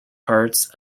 parts